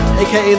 aka